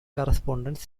correspondence